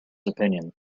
opinion